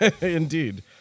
Indeed